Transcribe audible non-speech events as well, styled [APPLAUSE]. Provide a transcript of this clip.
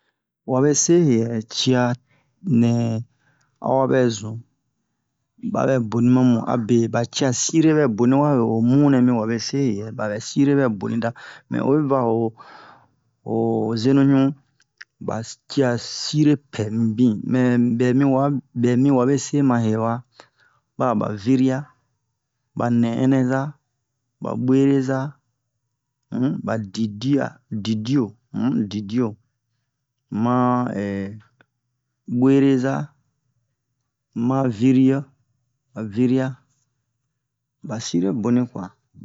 wabe se he yɛ cia nɛ a wa bɛ zun babɛ boni ma mu abe ba cia sire bɛ boni wabe ho munɛ mi wabese he yɛ ba bɛ sire bɛ boni da mɛ oyi va o ho zenuɲu ba cia sire pɛ mibin mɛ bɛ miwa bɛ mi wabese ma he wa ba'a ba siri'a ba nɛ'ɛnɛza ba bwereza um ba didi'a didi'o um didi'o ma [HESITATION] bwereza ma viri'o ba viri'a ba sire boni kwa